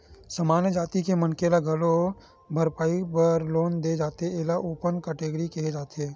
सामान्य जाति के मनखे ल घलो बइपार बर लोन दे जाथे एला ओपन केटेगरी केहे जाथे